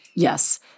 Yes